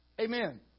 Amen